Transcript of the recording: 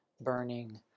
burning